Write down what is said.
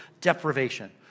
deprivation